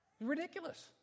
Ridiculous